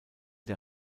der